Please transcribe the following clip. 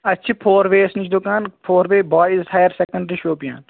اسہِ چھُ four ways نِش دُکان four way boys higher secondary Shopian